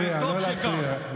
לא להפריע.